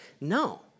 no